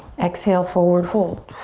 exhale, forward fold.